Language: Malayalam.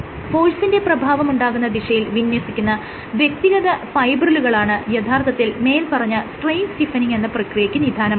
ഫോഴ്സിന്റെ പ്രഭാവമുണ്ടാകുന്ന ദിശയിൽ വിന്യസിക്കുന വ്യക്തിഗത ഫൈബ്രിലുകളാണ് യഥാർത്ഥത്തിൽ മേല്പറഞ്ഞ സ്ട്രെയിൻ സ്റ്റിഫെനിങ് എന്ന പ്രക്രിയക്ക് നിധാനമാകുന്നത്